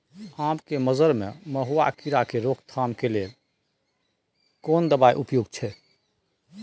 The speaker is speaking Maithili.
आम के मंजर में मधुआ कीरा के रोकथाम के लेल केना दवाई उपयुक्त छै?